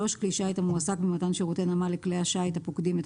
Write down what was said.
כלי שיט המועסק במתן שירותי נמל לכלי השיט הפוקדים את